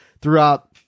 throughout